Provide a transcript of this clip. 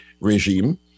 regime